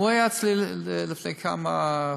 הוא היה אצלי לפני חודשיים.